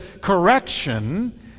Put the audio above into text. correction